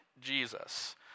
Jesus